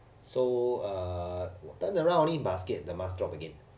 so uh turn around only basket the mask drop again